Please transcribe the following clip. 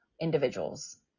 individuals